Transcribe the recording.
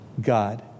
God